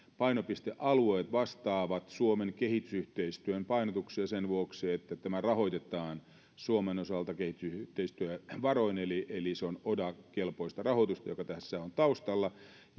painopistealueet vastaavat suomen kehitysyhteistyön painotuksia sen vuoksi että tämä rahoitetaan suomen osalta kehitysyhteistyövaroin eli se on oda kelpoista rahoitusta joka tässä on taustalla